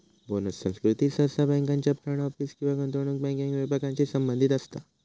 bonus संस्कृती सहसा बँकांच्या फ्रंट ऑफिस किंवा गुंतवणूक बँकिंग विभागांशी संबंधित असता